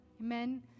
Amen